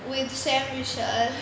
with sam vishal